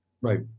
right